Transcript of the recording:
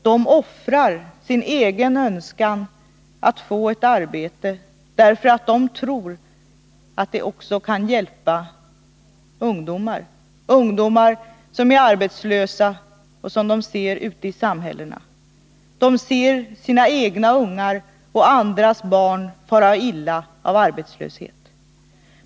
De offrar sin egen önskan att få ett arbete därför att de tror att de då kan hjälpa några av de arbetslösa ungdomar som de ser ute i samhällena. De ser sina egna ungar och andras barn fara illa av arbetslösheten.